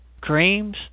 Creams